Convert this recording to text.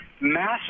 Massive